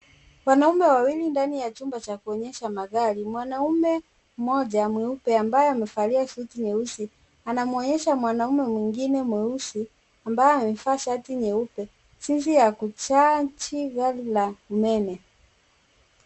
Wanaume wawili ndani ya chumba cha kuonyesha magari, mwanamume mmoja mweupe ambaye amevalia suti nyeusi anamuonyesha mwanamume mwingine mweusi ambaye amevaa shati nyeupe jinsi ya kuchaji gari la umeme.